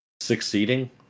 Succeeding